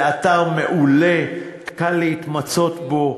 זה אתר מעולה, קל להתמצא בו,